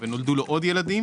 הראשון, ונולדו לו עוד ילדים,